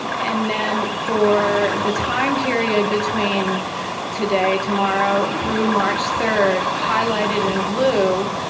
um and then for the time period between today, tomorrow through march third highlighted in blue,